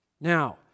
Now